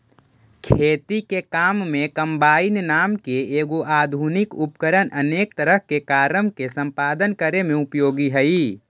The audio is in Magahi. खेती के काम में कम्बाइन नाम के एगो आधुनिक उपकरण अनेक तरह के कारम के सम्पादन करे में उपयोगी हई